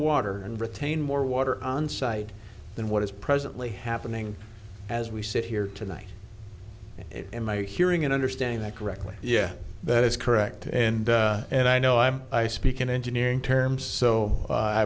water and retain more water on site than what is presently happening as we sit here tonight in my hearing and understanding that correctly yeah that is correct and and i know i'm i speak in engineering terms so